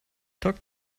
talk